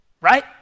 right